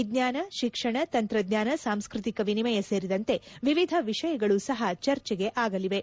ವಿಜ್ಞಾನ ಶಿಕ್ಷಣ ತಂತ್ರಜ್ಞಾನ ಸಾಂಸ್ನತಿಕ ವಿನಿಮಯ ಸೇರಿದಂತೆ ವಿವಿಧ ವಿಷಯಗಳು ಸಹ ಚರ್ಚೆ ಆಗಲಿವೆ